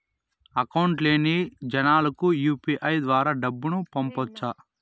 Account లేని జనాలకు UPI ద్వారా డబ్బును పంపొచ్చా?